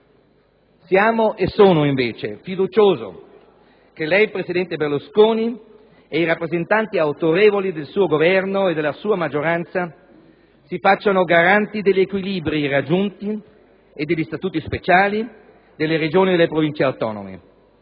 Sono e siamo fiduciosi che lei, presidente Berlusconi, ed i rappresentanti autorevoli del suo Governo e della sua maggioranza si facciano garanti degli equilibri raggiunti e degli statuti speciali delle Regioni e delle Province autonome,